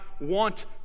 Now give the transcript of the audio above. want